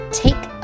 ，take